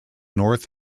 north